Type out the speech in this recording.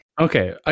Okay